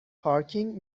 پارکینگ